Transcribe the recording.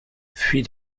fuit